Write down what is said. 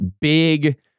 big